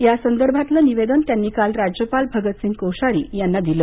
या संदर्भातले निवेदन त्यांनी काल राज्यपाल भगतसिंग कोश्यारी यांना दिले